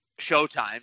Showtime